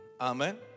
Amen